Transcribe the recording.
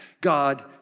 God